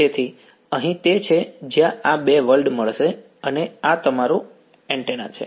તેથી અહીં તે છે જ્યાં આ બે વર્લ્ડ મળશે અને આ તમારું એન્ટેના છે